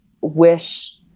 wish